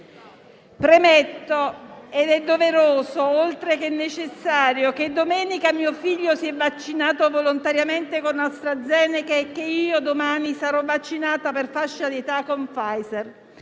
Premetto - ed è doveroso oltre che necessario - che domenica mio figlio si è vaccinato volontariamente con AstraZeneca è che io domani sarò vaccinata per fascia d'età con Pfizer.